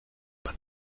but